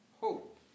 Hope